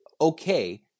okay